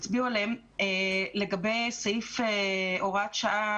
סעיף הוראת שעה,